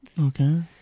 Okay